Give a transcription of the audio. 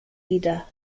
leader